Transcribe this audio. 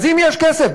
אז אם יש כסף,